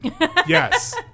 Yes